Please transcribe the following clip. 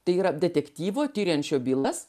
tai yra detektyvo tiriančio bylas